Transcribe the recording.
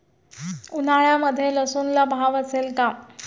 उन्हाळ्यामध्ये लसूणला भाव असेल का?